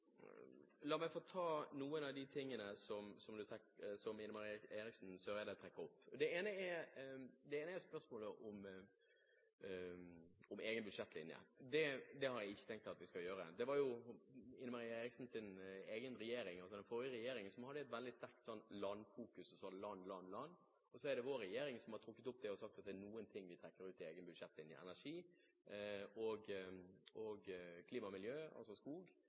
spørsmålet om egen budsjettlinje. Det har jeg ikke tenkt at vi skal gjøre. Det var jo Eriksen Søreides egen regjering, altså den forrige regjeringen, som hadde et veldig sterkt landfokus, og sa land, land, land. Så er det vår regjering som har trukket det opp, og sagt at det er noe vi trekker ut i egen budsjettlinje: energi og klima og miljø, skog. Jeg mener det er dette som er den ene viktige debatten om utdanning og